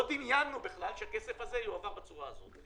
לא דמיינו שהכסף יועבר בצורה הזו.